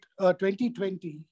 2020